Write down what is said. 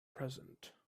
present